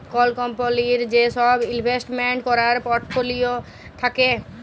call কম্পলির যে সব ইলভেস্টমেন্ট ক্যরের পর্টফোলিও থাক্যে